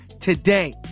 today